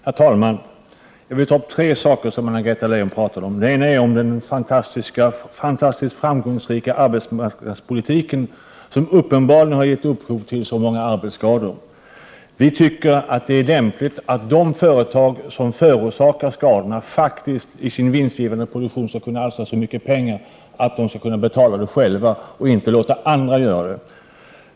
Herr talman! Jag vill ta upp tre av de frågor som Anna-Greta Leijon berörde. Låt mig börja med den fantastiskt framgångsrika arbetsmarknadspolitiken, som uppenbarligen har givit upphov till så många arbetsskador. Vi tycker att de företag som förorsakar skadorna genom sin vinstgivande produktion bör kunna alstra så mycket pengar att de själva skall kunna betala vad skadorna kostar, inte låta andra göra det.